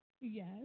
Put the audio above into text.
Yes